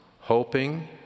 hoping